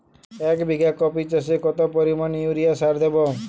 এক বিঘা কপি চাষে কত পরিমাণ ইউরিয়া সার দেবো?